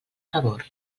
favor